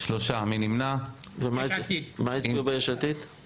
הצבעה הצעת הוועדה התקבלה.